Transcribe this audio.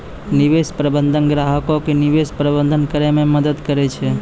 निवेश प्रबंधक ग्राहको के निवेश प्रबंधन करै मे मदद करै छै